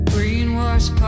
Greenwash